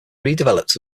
redeveloped